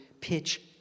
pitch